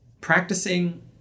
practicing